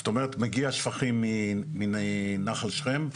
זאת אומרת מגיעים שפכים מנחל שכם,